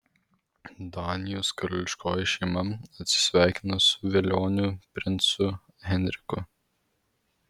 danijos karališkoji šeima atsisveikino su velioniu princu henriku